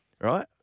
right